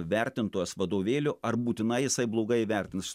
vertintojas vadovėlio ar būtinai jisai blogai įvertins